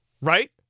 right